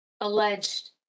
alleged